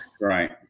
Right